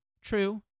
true